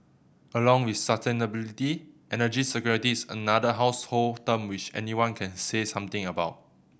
along with sustainability energy security is another household term which anyone can say something about